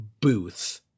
booth